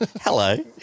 hello